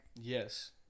Yes